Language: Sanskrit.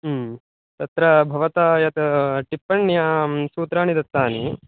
तत्र भवता यत् टिप्पण्यां सूत्राणि दत्तानि